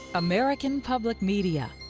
american public media